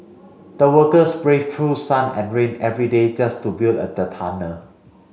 the workers braved through sun and rain every day just to build a the tunnel